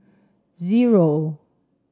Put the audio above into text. zero